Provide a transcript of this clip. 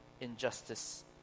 injustice